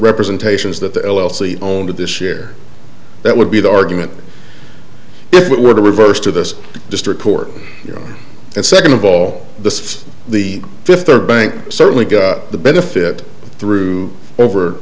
representations that the l l c owned this year that would be the argument if it were to reverse to this district court and second of all the the fifth or bank certainly got the benefit through over